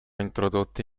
introdotti